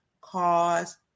cause